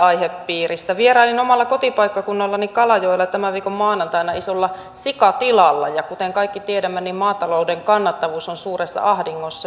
vierailin omalla kotipaikkakunnallani kalajoella tämän viikon maanantaina isolla sikatilalla ja kuten kaikki tiedämme maatalouden kannattavuus on suuressa ahdingossa